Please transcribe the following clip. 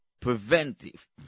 preventive